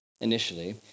initially